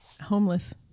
homeless